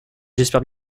j’espère